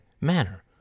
manner